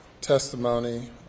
testimony